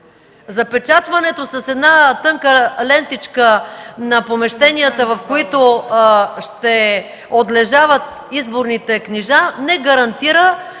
Запечатването с една тънка лентичка на помещенията, в които ще отлежават изборните книжа, не гарантира